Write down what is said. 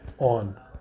On